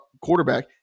quarterback